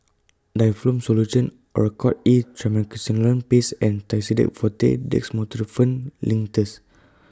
Difflam Solution Oracort E Triamcinolone Paste and Tussidex Forte Dextromethorphan Linctus